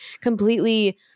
completely